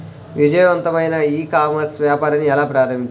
విజయవంతమైన e commerce వ్యాపారాన్ని ఎలా ప్రారంభించాలి?